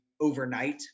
overnight